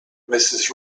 mrs